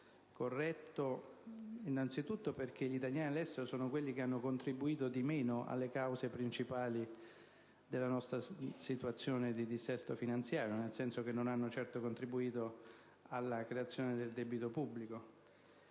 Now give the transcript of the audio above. sia corretto: innanzitutto perché gli italiani all'estero sono coloro che hanno contribuito di meno alle cause principali del nostro dissesto finanziario, nel senso che non hanno certo contribuito alla creazione del debito pubblico;